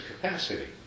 capacity